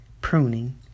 pruning